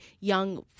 young